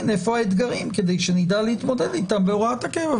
איפה האתגרים כדי שנדע להתמודד אתם בהוראת הקבע.